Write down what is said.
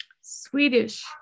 Swedish